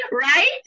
Right